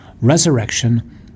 resurrection